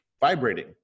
vibrating